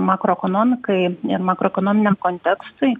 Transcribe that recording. makroekonomikai ir makroekonominiam kontekstui